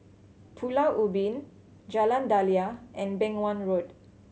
Pulau Ubin Jalan Daliah and Beng Wan Road